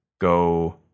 go